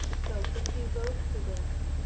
so if we vote for this,